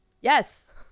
Yes